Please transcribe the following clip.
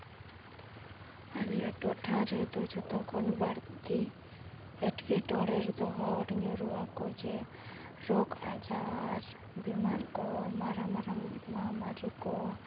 ᱟᱞᱮᱭᱟᱜ ᱴᱚᱴᱷᱟ ᱨᱮᱫᱚ ᱡᱚᱛᱚ ᱠᱷᱚᱱ ᱵᱟᱹᱲᱛᱤ ᱮᱴᱠᱮᱴᱚᱬᱮ ᱨᱮᱫᱚ ᱦᱚᱲ ᱧᱩᱨᱦᱩᱜ ᱟᱠᱚ ᱡᱮ ᱨᱳᱜ ᱟᱡᱟᱨ ᱵᱤᱢᱟᱨ ᱠᱚ ᱢᱟᱨᱟᱝ ᱢᱟᱨᱟᱝ ᱢᱚᱦᱟᱢᱟᱹᱨᱤ ᱠᱚ